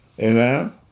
Amen